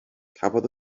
cafodd